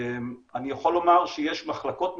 אני יכול לומר שיש מחלקות מסוימות,